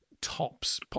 tops